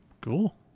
cool